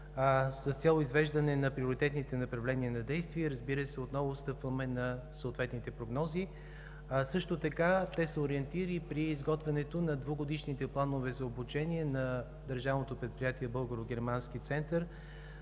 с цел извеждане на приоритетните направления на действия и, разбира се, отново стъпваме на съответните прогнози. Също така те са ориентир и при изготвянето на двугодишните планове за обучение на Държавното предприятие Българо-германски център